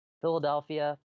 Philadelphia